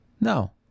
No